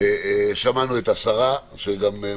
צהריים טובים,